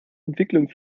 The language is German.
entwicklung